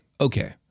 okay